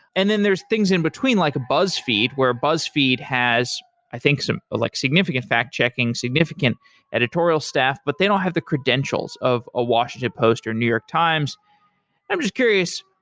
and then there is things in between like buzzfeed, where buzzfeed has, i think some like significant fact checking, significant editorial staff, but they don't have the credentials of a washington post, or new york times i'm just curious,